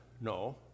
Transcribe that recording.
no